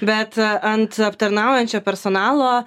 bet ant aptarnaujančio personalo